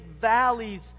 valleys